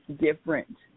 different